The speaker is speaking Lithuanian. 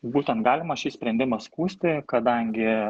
būtent galima šį sprendimą skųsti kadangi